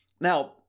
Now